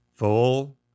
full